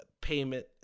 payment